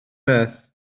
beth